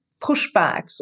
pushbacks